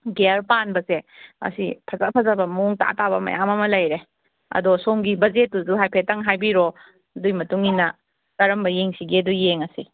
gear ꯄꯥꯟꯕꯁꯦ ꯃꯁꯤ ꯐꯖ ꯐꯖꯕ ꯃꯑꯣꯡ ꯇꯥꯇꯥꯕ ꯃꯌꯥꯝ ꯑꯃ ꯂꯩꯔꯦ ꯑꯗꯣ ꯁꯣꯝꯒꯤ ꯕꯖꯦꯠꯇꯨꯁꯨ ꯍꯥꯏꯐꯦꯠꯇꯪ ꯍꯥꯏꯕꯤꯔꯣ ꯑꯗꯨꯒꯤ ꯃꯇꯨꯡꯏꯟꯅ ꯀꯔꯝꯕ ꯌꯦꯡꯁꯤꯒꯦꯗꯣ ꯌꯦꯡꯉꯁꯤ